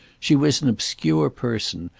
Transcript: she was an obscure person,